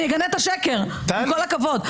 אני אגנה את השקר, עם כל הכבוד.